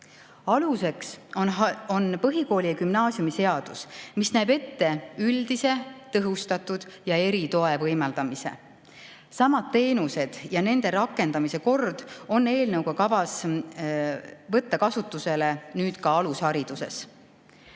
Aluseks on põhikooli- ja gümnaasiumiseadus, mis näeb ette üldise, tõhustatud ja eritoe võimaldamise. Samad teenused ja nende rakendamise kord on eelnõu kohaselt kavas võtta kasutusele nüüd ka alushariduses.